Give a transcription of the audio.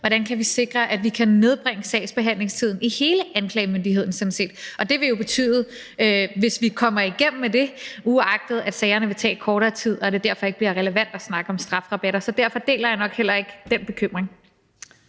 hvordan vi kan sikre, at vi kan nedbringe sagsbehandlingstiden, sådan set i hele anklagemyndigheden. Og det vil jo betyde, hvis vi kommer igennem med det, at sagerne vil tage kortere tid, og at det derfor ikke bliver relevant at snakke om strafrabatter. Så derfor deler jeg nok heller ikke den bekymring.